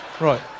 right